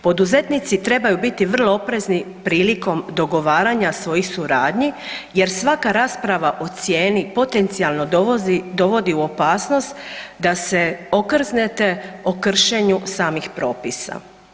Poduzetnici trebaju biti vrlo oprezni prilikom dogovaranja svojih suradnji jer svaka rasprava o cijeni potencijalno dovodi u opasnost da se okrznete o kršenju samih propisa.